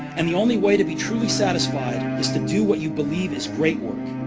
and the only way to be truly satisfied is to do what you believe is great work.